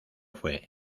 fue